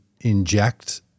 inject